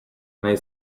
nahi